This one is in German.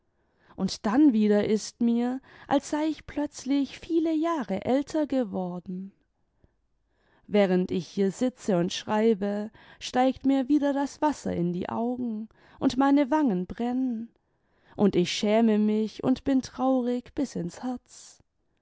und dann wieder ist mir als sei ich plötzlich viele jahre älter geworden während ich hier sitze und schreibe steigt mir wieder das wasser in die augen und mdne wangen brennen und ich schäme mich und bin traurig bis ins herz